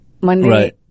Monday